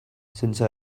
since